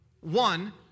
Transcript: One